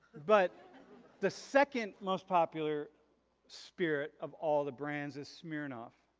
but the second most popular spirit of all the brands is smirnoff,